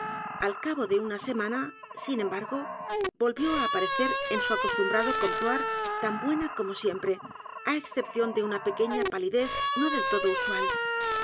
al cabo de una se mana sin embargo volvió á aparecer en su acostumbrado comptoir tan buena como siempre á excepción d e u n a pequeña palidez no del todo usual